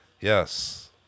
Yes